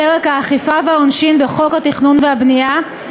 מבקשת לתקן את פרק האכיפה והעונשין בחוק התכנון והבנייה,